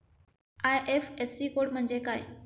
IFSC code म्हणजे काय?